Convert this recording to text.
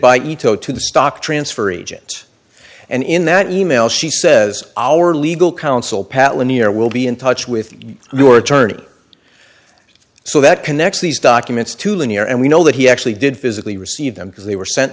by ito to the stock transfer agent and in that email she says our legal counsel pat linear will be in touch with your attorney so that connects these documents to linear and we know that he actually did physically receive them because they were sent